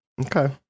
Okay